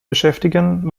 beschäftigen